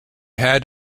had